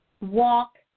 walk